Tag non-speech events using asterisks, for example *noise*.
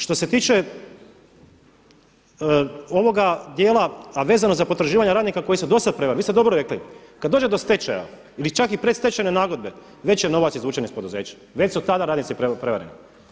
Što se tiče ovoga dijela a vezano za potraživanja radnika koji su do sada, … *unintelligible* vi ste dobro rekli, kada dođe do stečaja ili čak i predstečajne nagodbe, već je novac izvučen iz poduzeća, već su tada radnici prevareni.